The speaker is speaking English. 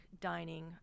dining